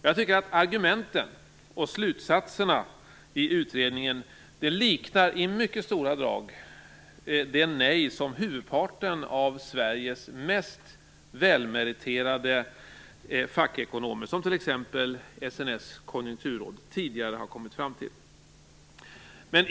Jag tycker att argumenten och slutsatserna i utredningen i stora drag liknar det nej som huvudparten av Sveriges mest välmeriterade fackekonomer - som t.ex. SNS konjunkturråd - tidigare har kommit fram till.